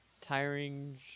tiring